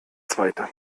zweite